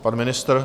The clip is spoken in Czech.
Pan ministr?